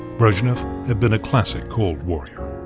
brezhnev had been a classic cold warrior.